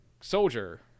soldier